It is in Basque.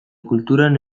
kulturan